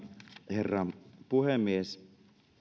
herra puhemies